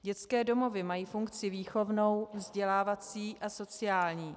Dětské domovy mají funkci výchovnou, vzdělávací a sociální.